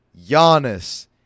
Giannis